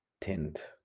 tint